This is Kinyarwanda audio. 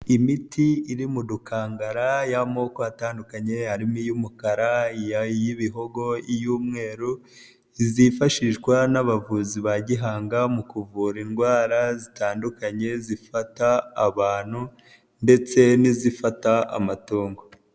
Imiti iri mu dukangara y'amoko atandukanye, harimo iy'umukara, iy'ibihogo, iy'umweru, zifashishwa n'abavuzi ba gihanga mu kuvura indwara zitandukanye zifata abantu ndetse n'izifata amatongo.